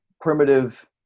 primitive